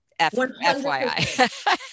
FYI